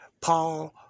Paul